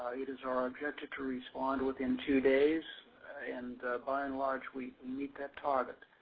ah it is our objective to respond within two days and by in large, we meet that target.